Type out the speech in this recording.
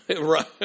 Right